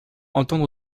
entendre